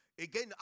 Again